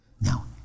Now